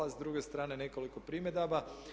S druge strane nekoliko primjedaba.